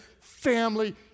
Family